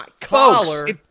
folks